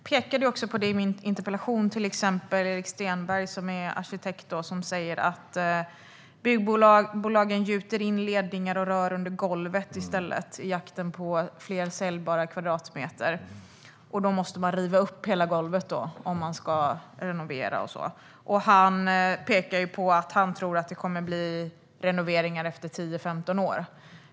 Herr talman! I min interpellation påpekade jag att arkitekten Erik Stenberg säger att byggbolagen gjuter in ledningar och rör under golvet i jakten på fler säljbara kvadratmeter. Då måste man riva upp hela golvet om man ska renovera. Han tror att det kommer att bli renoveringar efter 10-15 år.